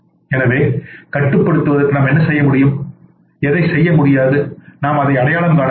எனவே கட்டுப்படுத்துவதற்கு நாம் என்ன செய்ய முடியும் எதைச் செய்ய முடியாது நாம் அதை அடையாளம் காண வேண்டும்